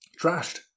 trashed